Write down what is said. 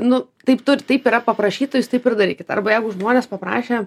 nu taip turi taip yra paprašyta jis taip ir darykit arba jeigu žmonės paprašė